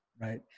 Right